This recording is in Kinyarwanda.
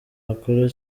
bakora